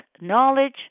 knowledge